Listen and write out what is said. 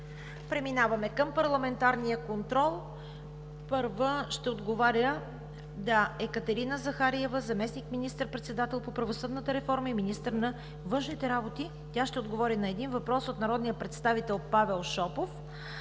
Преминаваме към парламентарния контрол. Първа ще отговаря Екатерина Захариева – заместник министър-председател по правосъдната реформа и министър на външните работи. Тя ще отговори на един въпрос от народния представител Павел Шопов